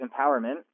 empowerment